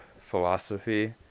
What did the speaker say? philosophy